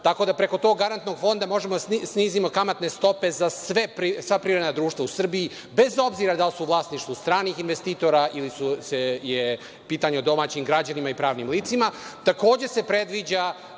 fonda. Preko tog Garantnog fonda možemo da snizimo garantne stope za sva privredna društva u Srbiji, bez obzira da li su u vlasništvu stranih investitora ili je pitanje domaćim građanima i pravnim licima. Takođe,